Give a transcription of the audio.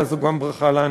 אלא זו גם ברכה לנו.